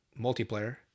multiplayer